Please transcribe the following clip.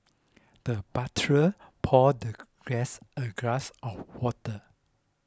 the butler poured the guest a glass of water